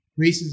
racism